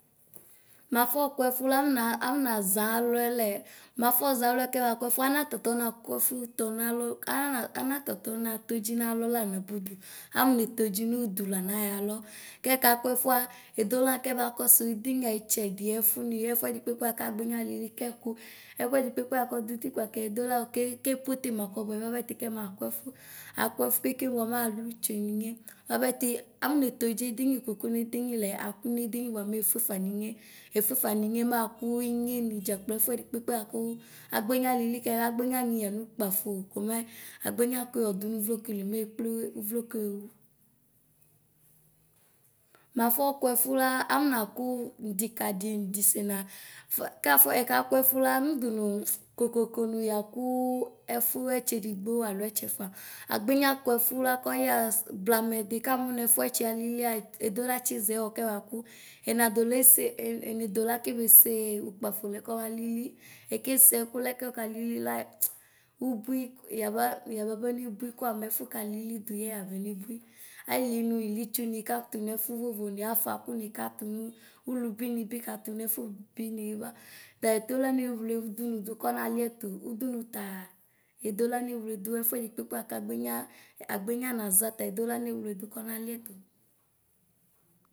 Mafɔ kuɛfu amna amnaʒa alɔɛlɛ, mafɔʒɛalɔɛ kɛbakɔsu ana tɔtɔ na kuɛfu tɔ nalɔ anana anatɔtɔ natodzi nalɔ la nabudu. Amnetkdʒi nuda naɣalɔ. Kɛkakuɛ fua edola kɛva kɔ suidini aitsɛdiɛ ɛfuni efuɛdi kpekpeakagbenya likikɛku ɔkuɛdikpekpe akɔdutikpɔ kɔ edklaɣa ke kepotema kɔbuɛti bapɛ kɛma kuɛfu. Akuɛfu keke ba malutsue ninye bapɛti amne todzi edinukuku nedinilɛ, akunediniba mefefa ninyɛ, efefa ninyɛ maku inyɛ ni ɖza kplo ɛfɛdikpekpe aku agbenya lili kɛ agbenya nyi yanuklaƒo komɛ agbenyakuu yɔdu nuvlokuli me kpluvlokue oωu. Mafy kuɛfula amna ku ndikadi ndisena. Ƒkɛafɔ ɛkakuɛ fu la ndunu kokoko nu ya kuu ɛfu etsedigbɔ aloɛtsefa. Agbenya kuɛfua kɔyaɣa blamɛ di kamu nɛfuɛtsi alilia edilatsiʒɛwɔ kubabu; enado lese eenedola kebese e ukpafo lɛ kɔbalili. Ekeseɛfulɛ kɔtalili la ubui yaba yababa nebuu koa mɛƒu kalilidu yu yabanebui ailie nu ilitsu mk katu nɛƒu vovoni aƒaƒu nykatu nu ulubi nibj katu nu nɛƒu bini ba; taɛdula newluɖunu ɖu kɔbaliɛtu; udunu taa edola newleɖu kɔnaliɛtu.